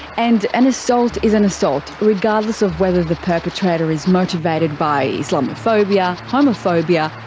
and an assault is an assault regardless of whether the perpetrator is motivated by islamophobia, homophobia,